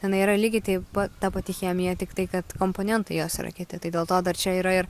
tenai yra lygiai taip ta pati chemija tiktai kad komponentai jos yra kiti tai dėl to dar čia yra ir